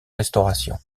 restauration